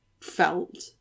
felt